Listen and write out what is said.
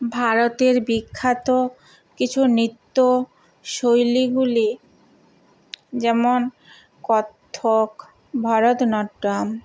ভারতের বিখ্যাত কিছু নৃত্যশৈলীগুলি যেমন কত্থক ভারতনাট্যম